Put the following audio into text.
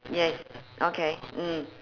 yes okay mm